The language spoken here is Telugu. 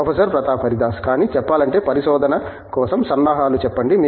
ప్రొఫెసర్ ప్రతాప్ హరిదాస్ కానీ చెప్పాలంటే పరిశోధన కోసం సన్నాహాలు చెప్పండి